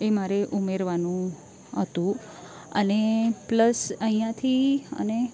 એ મારે ઉમેરવાનું હતું અને પ્લસ અહીંયાથી અને